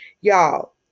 Y'all